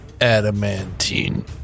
Adamantine